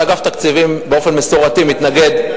אגף התקציבים באופן מסורתי מתנגד,